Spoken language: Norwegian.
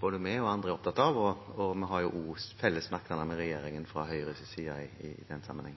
både vi og andre er opptatt av, og vi har fra Høyres side også felles merknader med regjeringen i den sammenheng.